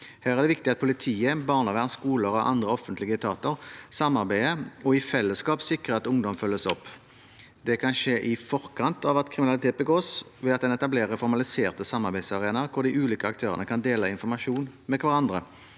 Her er det viktig at politi, barnevern, skoler og andre offentlige etater samarbeider og i fellesskap sikrer at ungdom følges opp. Det kan skje i forkant av at kriminalitet begås, ved at en etablerer formaliserte samarbeidsarenaer hvor de ulike aktørene kan dele informasjon med hverandre.